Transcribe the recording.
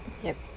yup